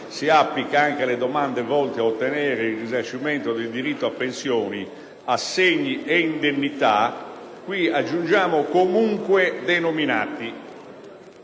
sıapplica anche alle domande volte a ottenere il riconoscimento del diritto a pensioni, assegni e indennita comunque denominati